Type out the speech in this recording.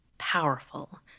powerful